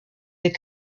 des